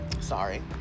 Sorry